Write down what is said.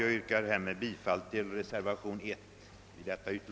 Jag yrkar härmed bifall till reservationen 1 b.